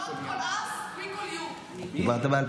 אני רושם פה, אבל לא משנה.